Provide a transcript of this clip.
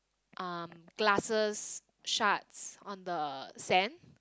um glasses shards on the sand